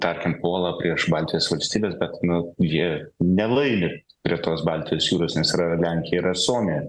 tarkim puola prieš baltijos valstybes bet nu jie nelaimi prie tos baltijos jūros nes yra ir lenkija yra ir suomija